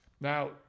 Now